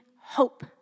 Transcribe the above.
hope